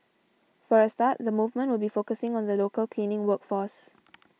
for a start the movement will be focusing on the local cleaning work force